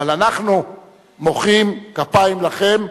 אבל אנחנו מוחאים כפיים לכם.